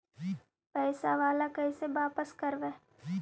पैसा बाला कैसे बापस करबय?